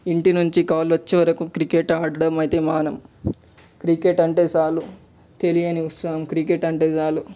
ఇంటి నుంచి కాల్ వచ్చేవరుకు క్రికెట్ ఆడడం అయితే మానం క్రికెట్ అంటే చాలు తెలియని ఉత్సాహం క్రికెట్ అంటే చాలు